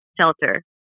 shelter